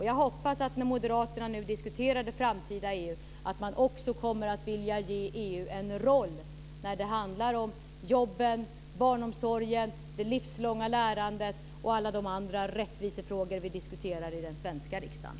Jag hoppas att moderaterna när de nu diskuterar det framtida EU också kommer att vilja ge EU en roll när det handlar om jobben, barnomsorgen, det livslånga lärandet och alla de andra rättvisefrågor vi diskuterar i den svenska riksdagen.